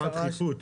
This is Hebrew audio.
מה הדחיפות?